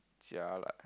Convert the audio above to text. jialat